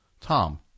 Tom